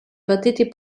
partiti